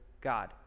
God